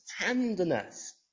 tenderness